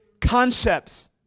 concepts